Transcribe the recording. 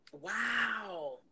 Wow